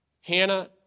Hannah